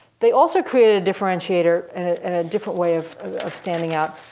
they also created a differentiator, and a different way of of standing out,